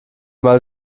mal